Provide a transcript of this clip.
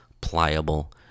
pliable